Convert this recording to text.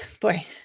boy